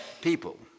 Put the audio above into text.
people